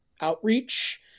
outreach